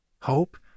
Hope